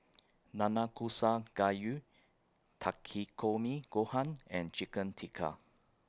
Nanakusa Gayu Takikomi Gohan and Chicken Tikka